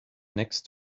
next